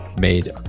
made